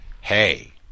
hey